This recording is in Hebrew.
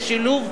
איוב קרא (הליכוד):